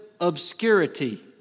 obscurity